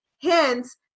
Hence